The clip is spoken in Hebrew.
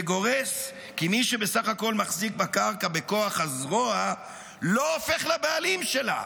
וגורס כי מי שבסך הכול מחזיק בקרקע בכוח הזרוע לא הופך לבעלים שלה.